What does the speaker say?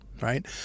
right